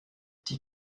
die